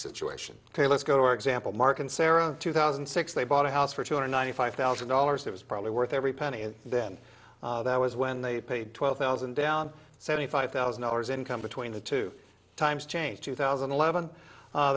situation ok let's go to our example mark and sarah two thousand and six they bought a house for two hundred ninety five thousand dollars it was probably worth every penny and then that was when they paid twelve thousand down seventy five thousand dollars income between the two times change two thousand and eleven